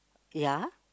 ya